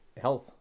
health